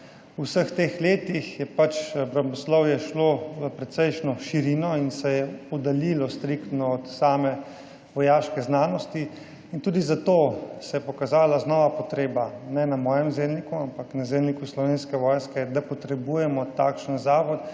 vseh teh letih je pač obramboslovje šlo v precejšnjo širino in se je oddaljilo striktno od same vojaške znanosti in tudi zato se je znova pokazala potreba, ne na mojem zelniku, ampak na zelniku Slovenske vojske, da potrebujemo takšen zavod,